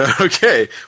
okay